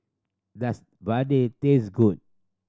does Vadai taste good